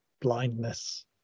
blindness